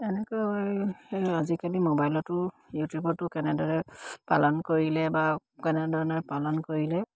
এনেকৈ সেই আজিকালি মোবাইলতো ইউটিউবতো কেনেদৰে পালন কৰিলে বা কেনেধৰণে পালন কৰিলে